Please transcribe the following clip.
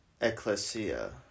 ecclesia